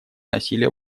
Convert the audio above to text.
насилия